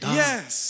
yes